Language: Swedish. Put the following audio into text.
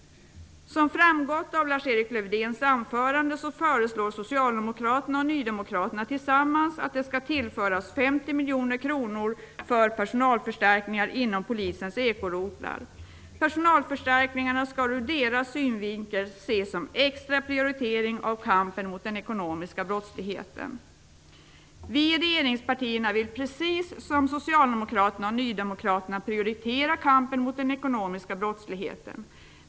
Som framgått av Lars-Erik Lövdéns anförande föreslår socialdemokraterna och nydemokraterna tillsammans att det skall tillföras 50 miljoner kronor för personalförstärkningar inom polisens ekorotlar. Personalförstärkningarna skall ur deras synvinkel ses som extra prioritering av kampen mot den ekonomiska brottsligheten. Vi i regeringspartierna vill precis som socialdemokraterna och nydemokraterna prioritera kampen mot den ekonomiska brottsligheten.